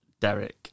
Derek